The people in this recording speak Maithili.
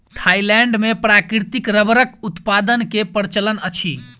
थाईलैंड मे प्राकृतिक रबड़क उत्पादन के प्रचलन अछि